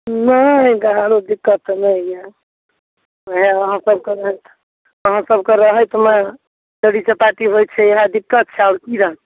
नहि गाड़ी दिक्कत तऽ अहाँ सबके रहैत अहाँ सबके रहैतमे चोरी चपाटी होइ छै इएह दिक्कत छै